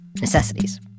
Necessities